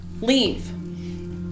Leave